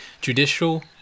judicial